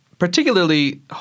Particularly